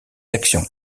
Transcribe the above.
actions